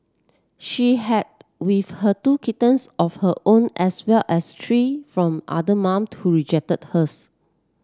she had with her two kittens of her own as well as three from another mum who rejected hers